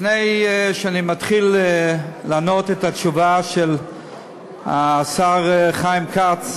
לפני שאני מתחיל לתת את התשובה של השר חיים כץ,